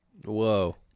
Whoa